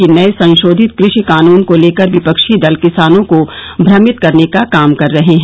कि नये संशोधित कृषि कानून को लेकर विपक्षी दल किसानों को भ्रमित करने का काम कर रहे हैं